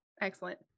Excellent